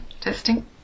Testing